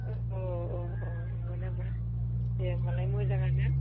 अ अ अ नंगौ नामा दे होनबालाय मोजाङानो